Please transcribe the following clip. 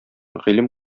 гыйлем